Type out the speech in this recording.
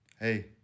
Hey